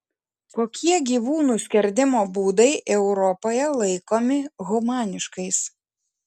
kokie gyvūnų skerdimo būdai europoje laikomi humaniškais